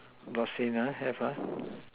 blood stain ah have ah